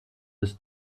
des